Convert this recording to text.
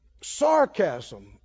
sarcasm